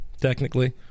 Technically